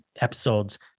episodes